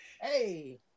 Hey